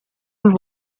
rule